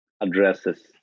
addresses